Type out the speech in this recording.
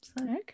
Okay